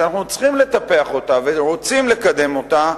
שאנחנו צריכים לטפח אותה ורוצים לקדם אותה,